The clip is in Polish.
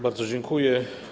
Bardzo dziękuję.